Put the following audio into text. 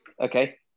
Okay